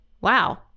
wow